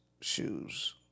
shoes